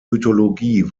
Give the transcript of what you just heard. mythologie